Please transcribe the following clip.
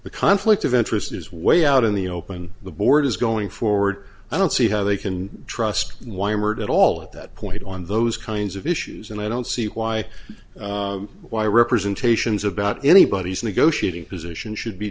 the conflict of interest is way out in the open the board is going forward i don't see how they can trust why murder at all at that point on those kinds of issues and i don't see why why representations about anybody's negotiating position should be